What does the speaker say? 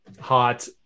hot